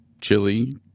chili